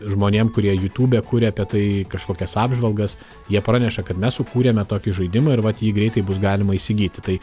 žmonėm kurie jutube kuria apie tai kažkokias apžvalgas jie praneša kad mes sukūrėme tokį žaidimą ir vat jį greitai bus galima įsigyti tai